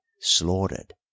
slaughtered